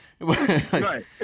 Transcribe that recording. Right